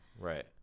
Right